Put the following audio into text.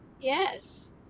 Yes